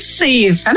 safe